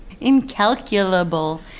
Incalculable